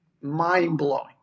Mind-blowing